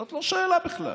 זאת לא שאלה בכלל.